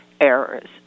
errors